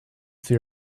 see